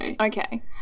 Okay